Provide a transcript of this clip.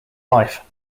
life